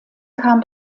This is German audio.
kam